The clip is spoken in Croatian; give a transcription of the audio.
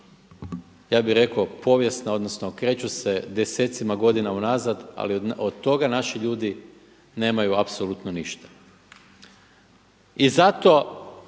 ja bih rekao povijesna, odnosno kreću se desecima godina unazad, ali od toga naši ljudi nemaju apsolutno ništa. I zato